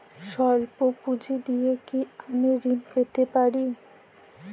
সল্প পুঁজি দিয়ে কি আমি ঋণ পেতে পারি?